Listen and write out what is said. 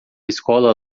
escola